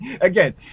again